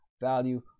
value